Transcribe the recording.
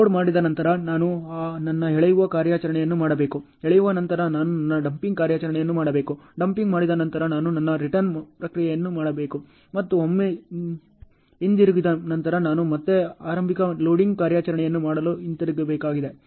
load ಮಾಡಿದ ನಂತರ ನಾನು ನನ್ನ ಎಳೆಯುವ ಕಾರ್ಯಾಚರಣೆಯನ್ನು ಮಾಡಬೇಕು ಎಳೆಯುವ ನಂತರ ನಾನು ನನ್ನ ಡಂಪಿಂಗ್ ಕಾರ್ಯಾಚರಣೆಯನ್ನು ಮಾಡಬೇಕು ಡಂಪಿಂಗ್ ಮಾಡಿದ ನಂತರ ನಾನು ನನ್ನ ರಿಟರ್ನ್ ಪ್ರಕ್ರಿಯೆಯನ್ನು ಮಾಡಬೇಕು ಮತ್ತು ಒಮ್ಮೆ ಹಿಂದಿರುಗಿದ ನಂತರ ನಾನು ಮತ್ತೆ ಆರಂಭಿಕ ಲೋಡಿಂಗ್ ಕಾರ್ಯಾಚರಣೆಯನ್ನು ಮಾಡಲು ಹಿಂತಿರುಗಬೇಕಾಗಿದೆ